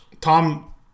Tom